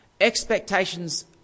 Expectations